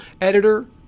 editor